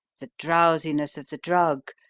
the drowsiness of the drug,